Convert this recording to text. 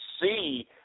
see